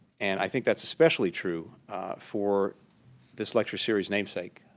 and i think that's especially true for this lecture series' namesake,